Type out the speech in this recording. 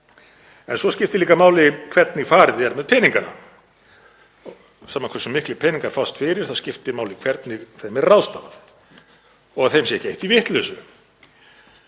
En svo skiptir líka máli hvernig farið er með peningana. Sama hversu miklir peningar fást fyrir þá skiptir máli hvernig þeim er ráðstafað og að þeim sé ekki eytt í vitleysu.